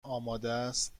آمادست